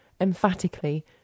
emphatically